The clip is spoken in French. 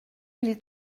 mille